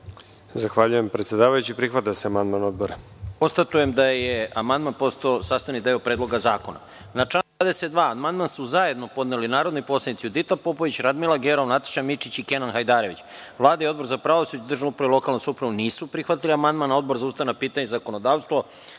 Zahvaljujem predsedavajući. Prihvata se amandman Odbora.